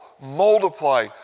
multiply